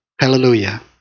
Hallelujah